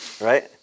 right